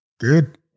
Good